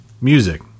Music